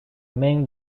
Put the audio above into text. main